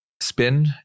spin